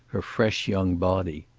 her fresh young body.